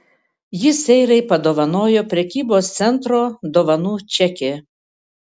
jis seirai padovanojo prekybos centro dovanų čekį